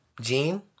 Jean